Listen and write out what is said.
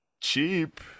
cheap